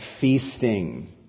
feasting